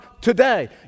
today